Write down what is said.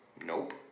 Nope